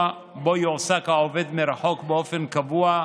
שבו יועסק העובד מרחוק באופן קבוע,